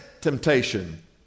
temptation